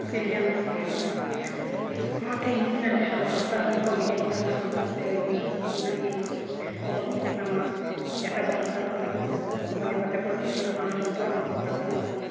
ᱟᱹᱠᱤᱞ ᱜᱮᱭᱟᱱ ᱠᱚᱢᱚᱜ ᱛᱟᱵᱚᱱᱟ ᱚᱱᱟᱛᱮ ᱤᱧᱤᱧ ᱢᱮᱱᱟᱜᱼᱟ ᱟᱵᱚ ᱥᱟᱱᱛᱟᱲ ᱨᱮᱱ ᱦᱚᱸ ᱢᱤᱰᱤᱭᱟ ᱠᱚ ᱛᱟᱦᱮᱱᱢᱟ ᱥᱟᱱᱛᱟᱲ ᱛᱮᱜᱮ ᱱᱤᱭᱩᱡᱽ ᱠᱚ ᱵᱮᱱᱟᱜ ᱤᱭᱟᱹ ᱢᱟ ᱠᱷᱚᱵᱚᱨ ᱠᱚ ᱯᱟᱥᱱᱟᱣᱢᱟ ᱡᱟᱛᱮ ᱟᱵᱚ ᱥᱟᱱᱛᱟᱲ ᱠᱚᱨᱮᱱ ᱦᱚᱸ ᱠᱷᱚᱵᱚᱨ ᱧᱟᱢ ᱠᱟᱛᱮᱫ ᱠᱚ ᱟᱹᱠᱤᱞ ᱜᱮᱭᱟᱱᱚᱜᱢᱟ ᱟᱨ ᱥᱚᱱᱛᱚᱨᱚᱜ ᱢᱟᱠᱚ ᱥᱟᱵᱫᱷᱟᱱᱚᱜ ᱢᱟᱠᱚ